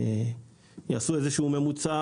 שבמסגרתה יעשו איזשהו ממוצע,